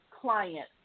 client